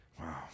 Wow